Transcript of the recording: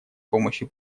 помощью